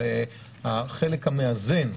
כלומר על החלק המאזן,